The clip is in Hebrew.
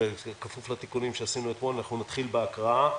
בכפוף לתיקונים שעשינו אתמול, אנחנו נתחיל בהקראה.